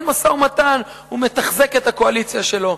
אין משא-ומתן, הוא מתחזק את הקואליציה שלו.